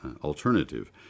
Alternative